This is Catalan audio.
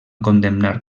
condemnar